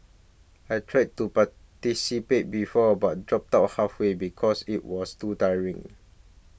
I tried to participate before but dropped out halfway because it was too tiring